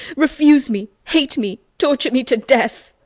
refuse me, hate me, torture me to death.